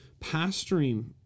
pastoring